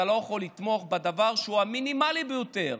אתה לא יכול לתמוך בדבר שהוא המינימלי ביותר?